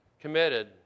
committed